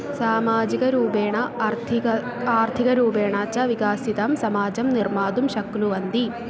सामाजिकरूणण आर्थिकम् आर्थिकरूपेण च विकासितं समाजं निर्मातुं शक्नुवन्ति